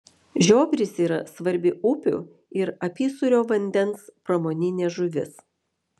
žiobris yra svarbi upių ir apysūrio vandens pramoninė žuvis